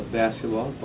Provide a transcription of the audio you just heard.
basketball